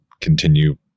continue